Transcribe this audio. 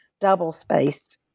double-spaced